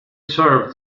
served